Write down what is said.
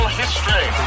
history